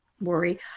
worry